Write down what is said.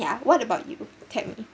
ya what about you tammy